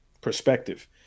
perspective